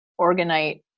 Organite